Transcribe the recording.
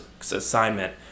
assignment